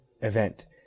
event